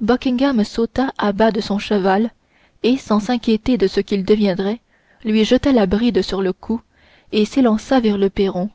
buckingham sauta à bas de son cheval et sans s'inquiéter de ce qu'il deviendrait il lui jeta la bride sur le cou et s'élança vers le perron